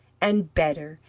and better.